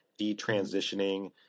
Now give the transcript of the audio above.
detransitioning